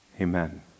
Amen